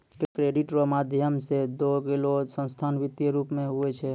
credit रो माध्यम से देलोगेलो संसाधन वित्तीय रूप मे हुवै छै